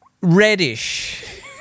reddish